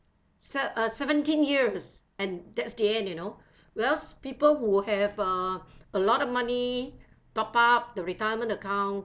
se~ uh seventeen years and that's the end you know whereas people who have err a lot of money top up the retirement account